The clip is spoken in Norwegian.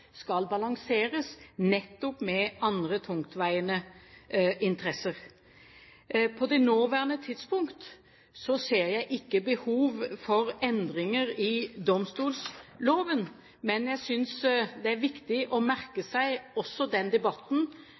skal balanseres nettopp med andre tungtveiende interesser. På det nåværende tidspunkt ser jeg ikke behov for endringer i domstolloven, men jeg synes det er viktig å merke seg også den debatten